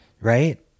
right